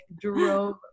drove